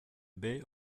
baies